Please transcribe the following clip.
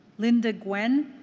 linda guinn?